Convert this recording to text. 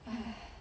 !hais!